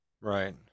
Right